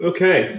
Okay